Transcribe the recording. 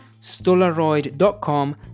stolaroid.com